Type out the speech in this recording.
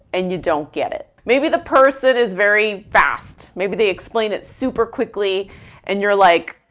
and you don't get it. maybe the person is very fast. maybe they explain it super quickly and you're like,